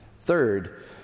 Third